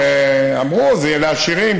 אמרו: זה יהיה לעשירים,